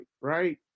right